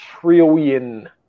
trillion